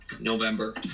November